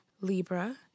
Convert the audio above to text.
Libra